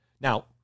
Now